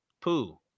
poo